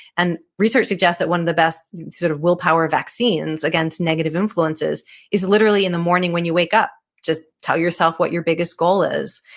and research suggests that one of the best sort of willpower vaccines against negative influences is literally in the morning when you wake up. just tell yourself what your biggest goal is.